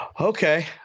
Okay